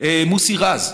מוסי רז,